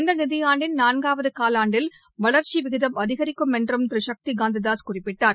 இந்த நிதியாண்டின் நான்காவது காலாண்டில் வளர்ச்சி விகிதம் அதிகரிக்கும் என்றும் திரு சக்திகாந்த தாஸ் குறிப்பிட்டார்